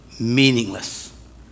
meaningless